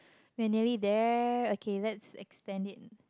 we are nearly there okay let's extend it